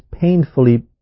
painfully